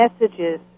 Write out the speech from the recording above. messages